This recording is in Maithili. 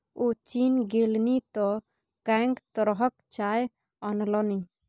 ओ चीन गेलनि तँ कैंक तरहक चाय अनलनि